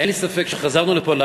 אין לי ספק שחזרנו לפה,